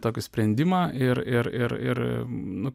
tokį sprendimą ir ir ir nu